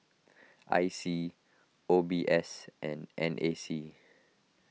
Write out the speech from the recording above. I C O B S and N A C